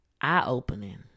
eye-opening